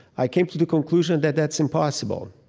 i came to the conclusion that that's impossible.